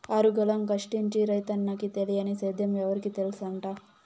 ఆరుగాలం కష్టించి రైతన్నకి తెలియని సేద్యం ఎవరికి తెల్సంట